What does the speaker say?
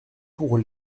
pour